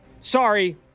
sorry